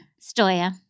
Stoya